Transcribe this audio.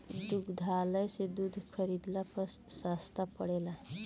दुग्धालय से दूध खरीदला पर सस्ता पड़ेला?